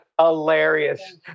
hilarious